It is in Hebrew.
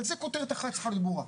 אבל זו כותרת שצריכה להיות ברורה.